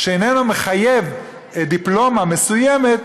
שאיננו מחייב דיפלומה מסוימת,